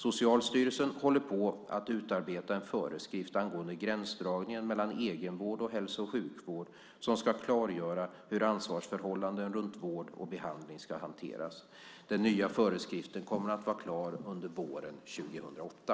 Socialstyrelsen håller på att utarbeta en föreskrift angående gränsdragningen mellan egenvård och hälso och sjukvård som ska klargöra hur ansvarsförhållanden runt vård och behandling ska hanteras. Den nya föreskriften kommer att vara klar under våren 2008.